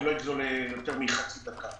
לא אגזול יותר מחצי דקה.